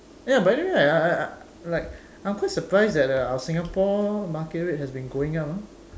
ya by the way right I I like I'm quite surprised that uh our Singapore market rate has been going up ah